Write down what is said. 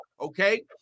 okay